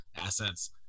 assets